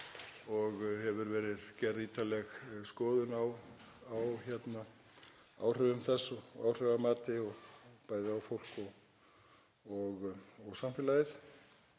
og hefur verið gerð ítarleg skoðun á áhrifum þess, gert áhrifamat bæði á fólk og samfélag.